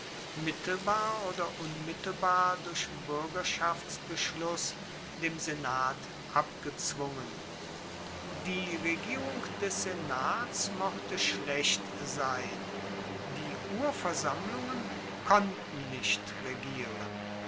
mittelbar oder unmittelbar durch buergerschaftsbeschluss dem senat abgezwungen die regierung des senats mochte schlecht sein die urversammlungen konnten nicht regieren